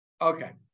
Okay